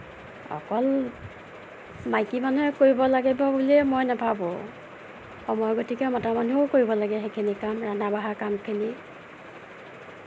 অকল মাইকী মানুহেই কৰিব লাগিব বুলিয়ে মই নাভাবোঁ সময় গতিকে মতা মানুহেও কৰিব লাগে সেইখিনি কাম ৰন্ধা বঢ়া কামখিনি